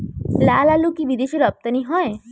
লালআলু কি বিদেশে রপ্তানি হয়?